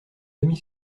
demi